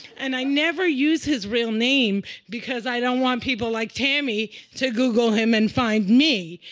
and i never use his real name because i don't want people like tammy to google him and find me.